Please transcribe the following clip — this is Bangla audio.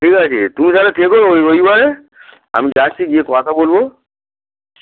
ঠিক আছে তুমি তাহলে থেক ওই রবিবারে আমি যাচ্ছি গিয়ে কথা বলবো